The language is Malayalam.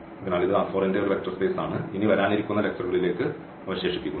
അതിനാൽ ഇത് ന്റെ ഒരു വെക്റ്റർ സ്പെയ്സാണ് ഇനി വരാനിരിക്കുന്ന ലെക്ച്ചറുകളിലേക്ക് അവശേഷിപ്പിക്കുന്നു